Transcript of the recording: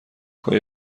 های